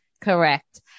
Correct